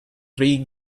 three